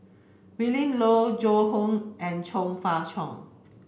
Willin Low Joan Hon and Chong Fah Cheong